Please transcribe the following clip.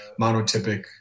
monotypic